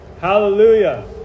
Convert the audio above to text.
Hallelujah